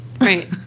Right